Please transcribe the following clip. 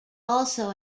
also